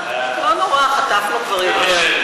לא נורא, חטפנו כבר יותר.